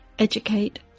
Educate